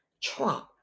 Trump